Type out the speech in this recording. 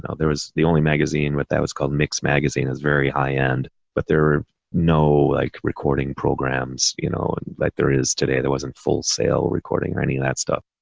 there was the only magazine with that was called mixed magazine is very high end, but there were no like recording programs, you know, and like there is today, there wasn't full sail recording or any of that stuff.